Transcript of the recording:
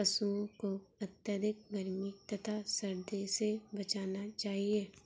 पशूओं को अत्यधिक गर्मी तथा सर्दी से बचाना चाहिए